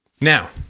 Now